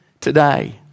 today